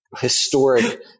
historic